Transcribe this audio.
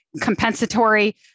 compensatory